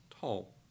tall